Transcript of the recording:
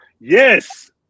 Yes